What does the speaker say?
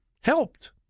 helped